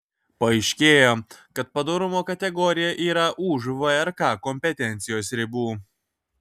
paaiškėjo kad padorumo kategorija yra už vrk kompetencijos ribų